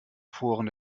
foren